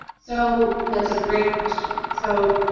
so, that's a great question. so,